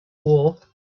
war